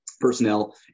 personnel